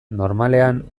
normalean